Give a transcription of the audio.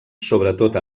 sobretot